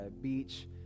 beach